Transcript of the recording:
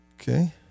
Okay